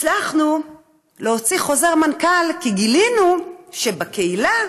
הצלחנו להוציא חוזר מנכ"ל, כי גילינו שבקהילה,